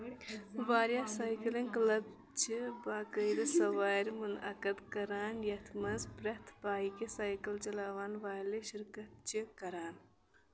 واریاہ cycling club چھِ باقٲیدٕ سَوارِ مُنعقد کَران یَتھ منٛز پرٛٮ۪تھ پایِکہِ سایکل چَلاون وٲلۍ شِرکت چھِ کَران